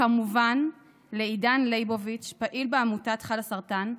וכמובן לעידן ליבוביץ', פעיל בעמותת חלאסרטן,